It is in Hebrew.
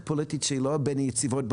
פוליטית שהיא לא בין היציבות בעולם.